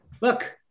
Look